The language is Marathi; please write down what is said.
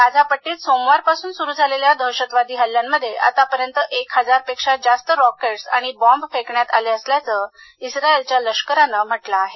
गाझा पट्टीत सोमवारपासून सुरू झालेल्या दहशतवादी हल्ल्यांमध्ये आतापर्यत एक हजार अपेक्षा जास्त रॉकेटस आणि बॉम्ब फेकण्यात आले असल्याचं इस्रायलच्या लष्करानं म्हटलं आहे